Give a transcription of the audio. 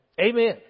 Amen